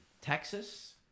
Texas